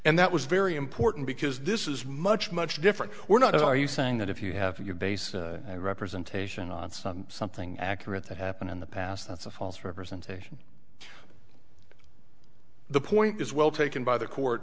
and that was very important because this is much much different we're not are you saying that if you have your base representation on something accurate that happened in the past that's a false representation but the point is well taken by the court